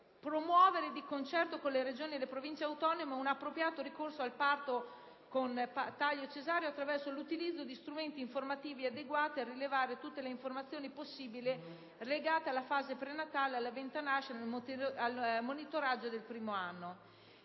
promuovere, di concerto con le Regioni e le Province autonome, un appropriato ricorso al parto con taglio cesareo, attraverso l'utilizzo di strumenti informativi adeguati a rilevare tutte le informazioni possibili legate alla fase prenatale, all'evento nascita e al monitoraggio ad un anno